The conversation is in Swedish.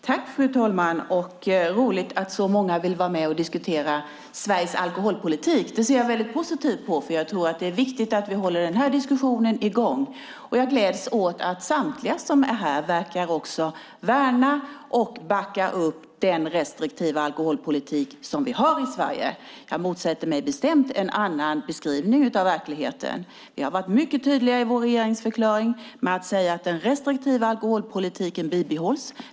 Fru talman! Det är roligt att så många vill vara med och diskutera Sveriges alkoholpolitik. Det ser jag mycket positivt på, för jag tror att det är viktigt att vi håller diskussionen i gång. Jag gläds åt att samtliga närvarande verkar värna om och backa upp den restriktiva alkoholpolitik som vi har i Sverige. Jag motsätter mig bestämt en annan beskrivning av verkligheten. I vår regeringsförklaring har vi varit mycket tydliga med att säga att den restriktiva alkoholpolitiken bibehålls.